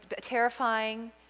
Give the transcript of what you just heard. terrifying